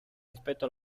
rispetto